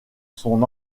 son